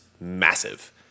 massive